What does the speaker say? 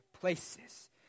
places